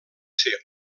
ser